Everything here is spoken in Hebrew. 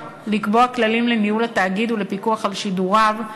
לקבוע כללים לניהול התאגיד ולפיקוח על שידוריו,